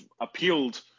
appealed